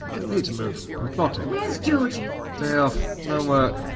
don't need to move. i'm plotting. where's georgie? day off. no work.